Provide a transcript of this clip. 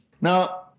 Now